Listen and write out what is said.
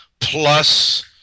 Plus